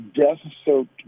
death-soaked